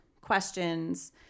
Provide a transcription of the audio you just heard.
questions